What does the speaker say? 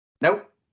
Nope